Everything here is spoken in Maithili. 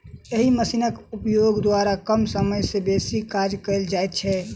एहि मशीनक उपयोग द्वारा कम समय मे बेसी काज कयल जाइत छै